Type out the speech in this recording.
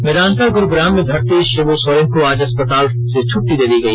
मेदांता गुरुग्राम में भर्ती शिब् सोरेन को आज अस्पताल से छटटी दे दी गई